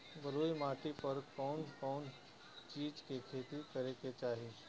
बलुई माटी पर कउन कउन चिज के खेती करे के चाही?